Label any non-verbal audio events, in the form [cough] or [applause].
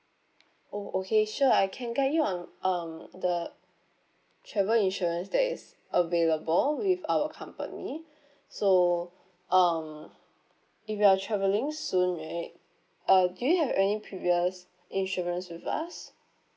oh okay sure I can guide on um the travel insurance that is available with our company [breath] so um if you are travelling soon right uh do you have any previous insurance with us